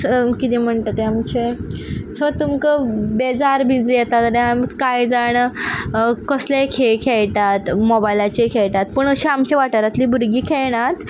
कितें म्हणटा तें आमचें समज तुमकां बेजार बी येता जाल्यार कांय जाण कसलेय खेळ खेळटात मोबायलाचेर खेळटात पूण अशे आमचे वाठारांतलीं भुरगीं खेळनात